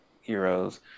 heroes